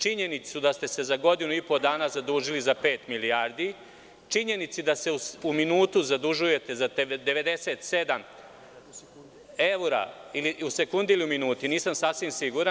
Činjenicu da ste se za godinu i po dana zadužili za pet milijardi, činjenici da se u minutu zadužujete za 97 eura, u sekundi ili u minuti, nisam sasvim siguran.